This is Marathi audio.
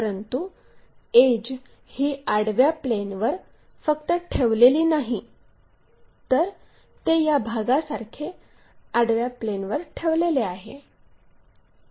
परंतु एड्ज ही आडव्या प्लेनवर फक्त ठेवलेली नाही तर ते या भागासारखे आडव्या प्लेनवर ठेवलेले आहे